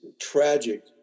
tragic